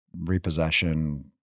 repossession